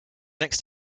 next